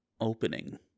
opening